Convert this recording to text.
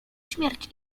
śmierć